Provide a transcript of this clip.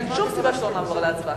ואין שום סיבה שלא נעבור להצבעה.